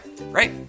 Right